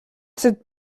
cette